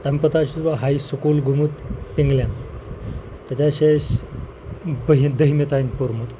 تَمہِ پَتہٕ حظ چھُس بہٕ ہاے سکوٗل گوٚمُت پِنٛگلٮ۪ن تَتہِ حظ چھِ أسۍ بٔہِم دٔہمہِ تانۍ پوٚرمُت